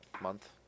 month